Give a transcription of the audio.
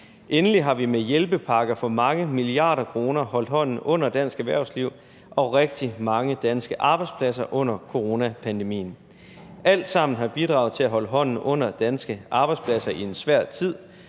Endelig har vi med hjælpepakker for mange milliarder kroner holdt hånden under dansk erhvervsliv og rigtig mange danske arbejdspladser under coronapandemien. Det har alt sammen bidraget til at holde hånden under danske arbejdspladser i en svær tid,